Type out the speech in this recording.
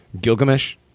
gilgamesh